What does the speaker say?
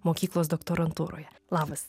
mokyklos doktorantūroje labas